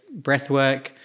breathwork